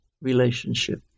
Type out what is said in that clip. relationship